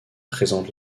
présente